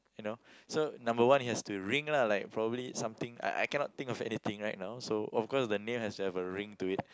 you know so number one it has to ring lah like probably something I I cannot think of anything right now so of course the name has to have a ring to it